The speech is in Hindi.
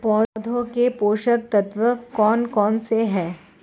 पौधों के पोषक तत्व कौन कौन से हैं?